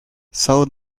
sow